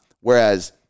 Whereas